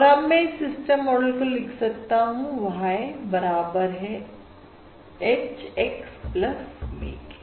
और अब मैं इस सिस्टम मॉडल को लिख सकता हूं Y बराबर है H X V के